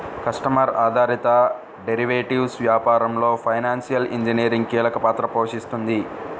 customer ఆధారిత derivatives వ్యాపారంలో financial engineering కీలక పాత్ర పోషిస్తుంది